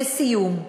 לסיום,